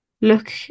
Look